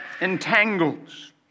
entangles